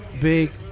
Big